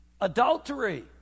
adultery